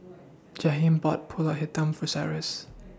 Jaheim bought Pulut Hitam For Cyrus